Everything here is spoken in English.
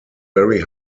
very